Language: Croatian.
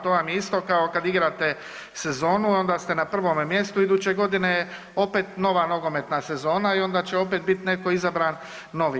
To vam je isto kao kad igrate sezonu i onda ste na prvome mjestu i iduće godine je opet nova nogometna sezona i onda će opet bit netko izabran novi.